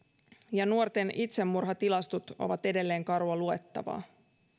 ja nuorten itsemurhatilastot ovat edelleen karua luettavaa